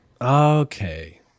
Okay